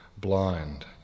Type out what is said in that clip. blind